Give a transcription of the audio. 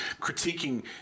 critiquing